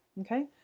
okay